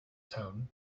tone